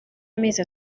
amezi